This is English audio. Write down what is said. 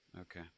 Okay